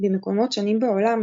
במקומות שונים בעולם,